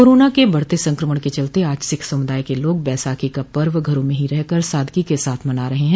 corona के बढ़ते संक्रमण के चलते आज सिख समुदाय के लोग बैसाखी का पर्व घरों में रहकर ही सादगी के साथ मना रहे हैं